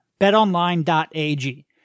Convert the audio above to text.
BetOnline.ag